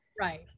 right